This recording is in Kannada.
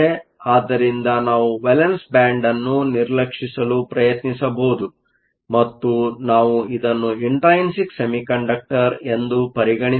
ಆದ್ದರಿಂದ ನಾವು ವೇಲೆನ್ಸ್ ಬ್ಯಾಂಡ್ ಅನ್ನು ನಿರ್ಲಕ್ಷಿಸಲು ಪ್ರಯತ್ನಿಸಬಹುದು ಮತ್ತು ನಾವು ಇದನ್ನು ಇಂಟ್ರೈನ್ಸಿಕ್ ಸೆಮಿಕಂಡಕ್ಟರ್ ಎಂದು ಪರಿಗಣಿಸಬಹುದು